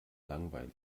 langweilig